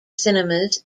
cinemas